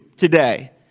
today